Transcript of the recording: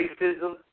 racism